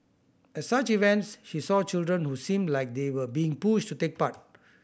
at such events she saw children who seemed like they were being pushed to take part